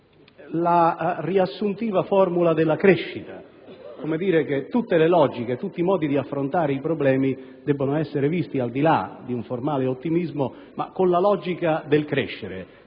la riassuntiva formula della crescita, nel senso che tutti i modi di affrontare i problemi devono essere visti, al di là di un formale ottimismo, nella logica del crescere,